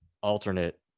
alternate